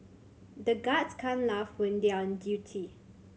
the guards can't laugh when they are on duty